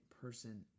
person